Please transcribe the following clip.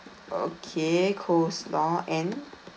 okay coleslaw and